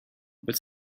but